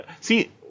See